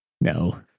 No